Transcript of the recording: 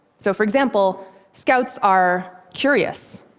so for example, scouts are curious.